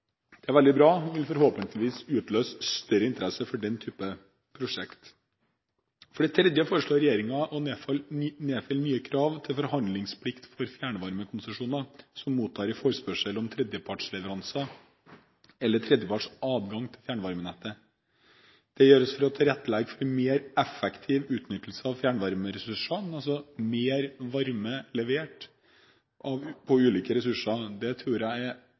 Det er veldig bra og vil forhåpentligvis utløse større interesse for den type prosjekt. For det tredje foreslår regjeringen å nedfelle nye krav til forhandlingsplikt for fjernvarmekonsesjonærer som mottar en forespørsel om tredjepartsleveranse eller tredjepartsadgang til fjernvarmenettet. Det gjøres for å tilrettelegge for en mer effektiv utnyttelse av fjernvarmeressursene: mer varme levert fra ulike ressurser. Det tror jeg er